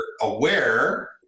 aware